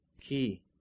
key